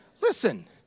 listen